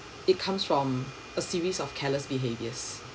it comes from a series of careless behaviors